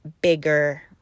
bigger